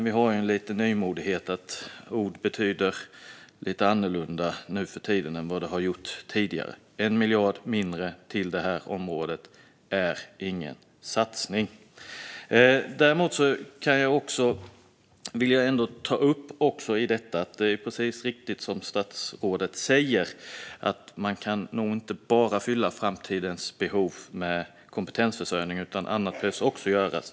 Vi har förstås nymodigheten att ord betyder lite andra saker än de har gjort tidigare, men 1 miljard mindre till det här området är ingen satsning. Däremot vill jag ändå ta upp att det är riktigt som statsrådet säger: Man kan nog inte fylla framtidens behov med enbart kompetensförsörjning, utan annat behöver också göras.